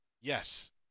yes